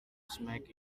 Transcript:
smack